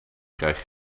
krijg